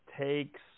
takes